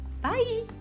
Bye